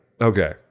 Okay